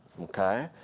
Okay